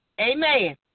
Amen